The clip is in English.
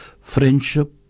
friendship